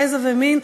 גזע ומין,